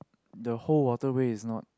the whole waterway is not